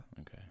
Okay